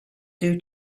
due